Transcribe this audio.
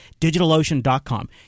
DigitalOcean.com